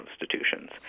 institutions